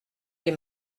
les